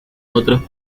otros